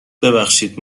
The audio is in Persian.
ببخشید